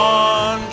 on